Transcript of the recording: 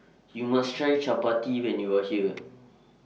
YOU must Try Chapati when YOU Are here